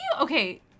Okay